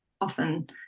often